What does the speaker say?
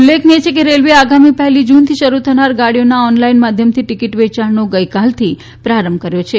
ઉલ્લેખનિય છે કે રેલવેએ આગામી પહેલી જૂનથી શરૂ થનારી ગાડીઓના ઓનલાઈન માધ્યમથી ટિકીટ વેચાણનો ગઈકાલથી પ્રારંભ કર્યો છે